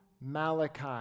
Malachi